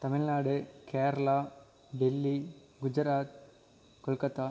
Tamil Nadu Kerala Delhi Gujarat Kolkata